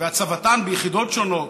והצבתן ביחידות השונות,